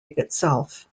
itself